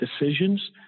decisions